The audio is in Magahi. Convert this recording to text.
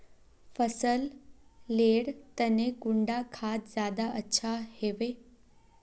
फसल लेर तने कुंडा खाद ज्यादा अच्छा हेवै?